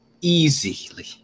easily